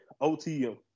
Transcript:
OTM